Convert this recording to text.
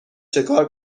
چکار